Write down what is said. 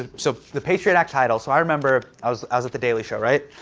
ah so, the patriot act title. so, i remember i was i was at the daily show, right?